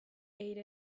ate